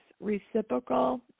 reciprocal